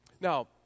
Now